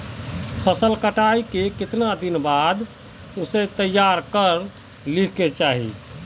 फसल कटाई के कीतना दिन बाद उसे तैयार कर ली के चाहिए?